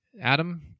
Adam